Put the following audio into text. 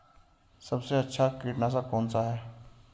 सबसे अच्छा कीटनाशक कौन सा है?